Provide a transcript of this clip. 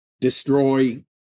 destroy